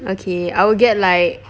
okay I would get like